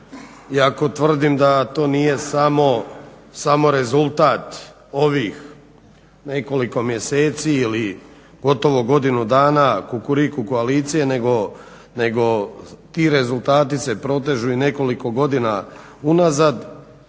iako tvrdim da to nije samo rezultat ovih nekoliko mjeseci ili gotovo godinu dana Kukuriku koalicije nego ti rezultati se protežu i nekoliko godina unazad